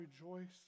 rejoice